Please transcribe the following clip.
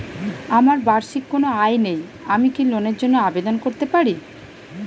আমার বার্ষিক কোন আয় নেই আমি কি লোনের জন্য আবেদন করতে পারি?